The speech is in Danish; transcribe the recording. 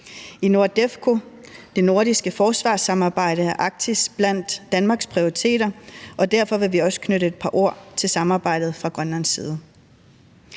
I NORDEFCO, det nordiske forsvarssamarbejde, er Arktis blandt Danmarks prioriteter, og derfor vil vi også fra Grønlands side knytte et par ord til samarbejdet. Grønlands areal